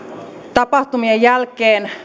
tapahtumien jälkeen